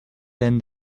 end